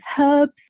herbs